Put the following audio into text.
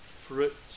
fruit